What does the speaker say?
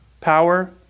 power